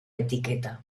etiqueta